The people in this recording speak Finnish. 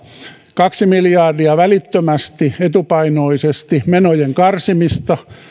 kaksi miljardia välittömästi etupainoisesti menojen karsimista